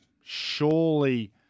Surely